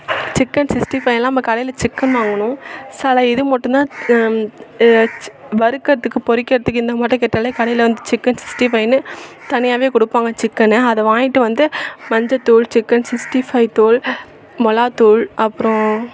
chicken sixty ஃபைலாம் நம்ம கடையில் சிக்கன் வாங்கணும் சில இது மட்டும் தான் வறுக்கிறதுக்கு பொறிக்கிறதுக்கு இந்த மாட்டோம் கேட்டாலே கடையில் வந்து சிக்கன் சிக்ஸ்ட்டி ஃபைனு தனியாகவே கொடுப்பாங்க சிக்கனை அதை வாங்கிட்டு வந்து மஞ்சத்தூள் சிக்கன் சிக்ஸ்ட்டி ஃபைவ் தூள் மிளாகாத்தூள் அப்புறோம்